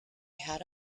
had